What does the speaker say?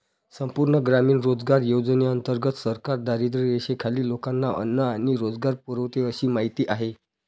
संपूर्ण ग्रामीण रोजगार योजनेंतर्गत सरकार दारिद्र्यरेषेखालील लोकांना अन्न आणि रोजगार पुरवते अशी माहिती आहे